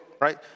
right